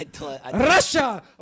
Russia